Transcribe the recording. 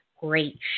great